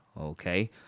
okay